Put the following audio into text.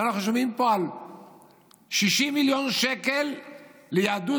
אנחנו שומעים פה על 60 מיליון שקלים ליהדות